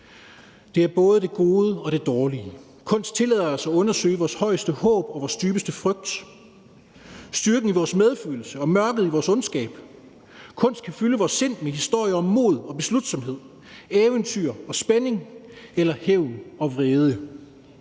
Det er både det gode og det dårlige. Kunst tillader os at undersøge vores højeste håb og vores dybeste frygt, styrken i vores medfølelse og mørket i vores ondskab. Kunst kan fylde vores sind med historier om mod og beslutsomhed, eventyr og spænding eller hævn og vrede.